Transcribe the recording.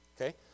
Okay